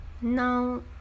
Now